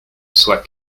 soit